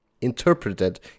interpreted